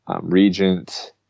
regent